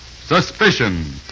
Suspicion